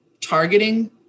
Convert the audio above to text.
targeting